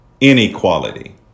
inequality